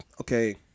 okay